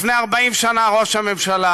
לפני 40 שנה ראש הממשלה,